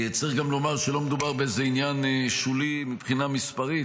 צריך גם לומר שלא מדובר באיזה עניין שולי מבחינה מספרית.